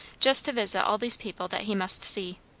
just to visit all these people that he must see.